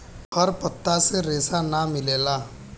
हर पत्ता से रेशा ना मिलेला